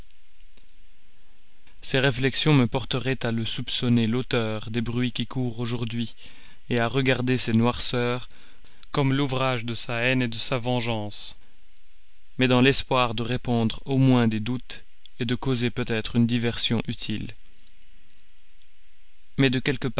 ces réflexions me porteraient à le soupçonner l'auteur des bruits qui courent aujourd'hui à regarder ces noirceurs comme l'ouvrage de sa haine de la vengeance d'un homme qui se voyant perdu espère par ce moyen répandre au moins des doutes causer peut-être une diversion utile mais de quelque